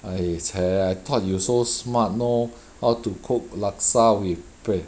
!hais! !chey! I thought you so smart know how to cook laksa with pa~